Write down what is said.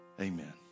Amen